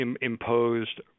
imposed